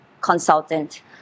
consultant